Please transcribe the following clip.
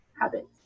habits